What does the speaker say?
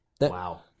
wow